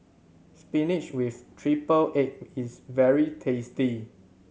spinach with triple egg is very tasty